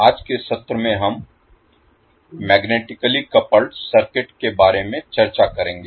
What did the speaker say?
आज के सत्र में हम मैग्नेटिकली कपल्ड सर्किट के बारे में चर्चा करेंगे